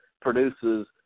produces